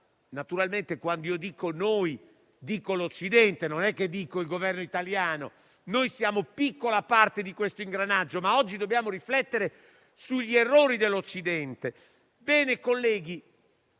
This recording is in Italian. Naturalmente, quando dico noi, parlo dell'Occidente e non mi riferisco al Governo italiano. Noi siamo una piccola parte di questo ingranaggio, ma oggi dobbiamo riflettere sugli errori dell'Occidente. Colleghi,